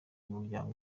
umuryango